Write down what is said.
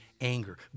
anger